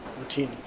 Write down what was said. routine